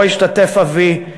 שבו השתתף אבי,